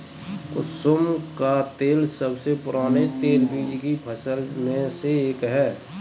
कुसुम का तेल सबसे पुराने तेलबीज की फसल में से एक है